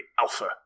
alpha